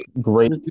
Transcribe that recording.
Great